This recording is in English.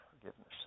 forgiveness